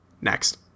Next